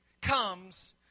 comes